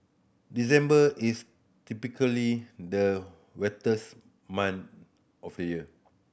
December is typically the wettest month of the year